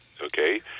okay